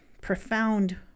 profound